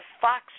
Fox